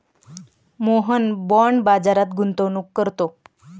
Mohan bond बाजारात गुंतवणूक करतो